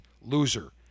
loser